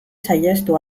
saihestu